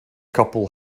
couple